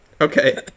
Okay